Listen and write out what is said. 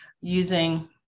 using